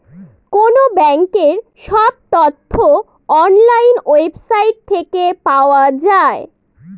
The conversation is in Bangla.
কোনো ব্যাঙ্কের সব তথ্য অনলাইন ওয়েবসাইট থেকে পাওয়া যায়